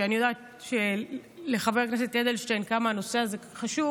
שאני יודעת כמה הנושא הזה חשוב